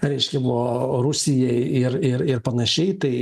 reiškia buvo rusijai ir ir ir panašiai tai